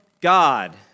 God